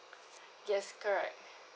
yes correct